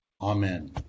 Amen